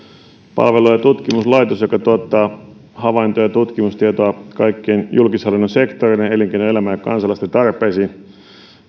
palvelu ja tutkimuslaitos joka tuottaa havainto ja tutkimustietoa kaikkien julkishallinnon sektoreiden elinkeinoelämän ja kansalaisten tarpeisiin